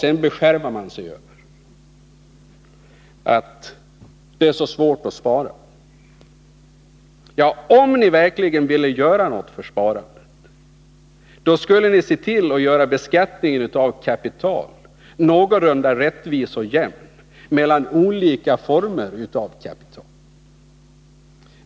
Sedan beskärmar man sig över att det är så svårt att spara. Ja, om ni verkligen ville göra någonting för spararna, skulle ni se till att göra beskattningen av kapital någorlunda rättvis och jämn mellan olika former av kapital.